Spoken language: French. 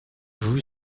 joue